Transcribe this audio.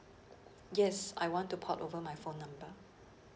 yes I want to port over my phone number